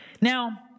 Now